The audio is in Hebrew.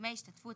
ודמי השתתפות